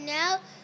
now